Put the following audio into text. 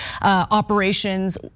operations